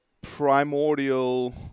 primordial